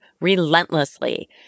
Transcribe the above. relentlessly